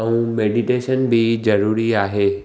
ऐं मैडिटेशन बि ज़रूरी आहे